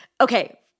Okay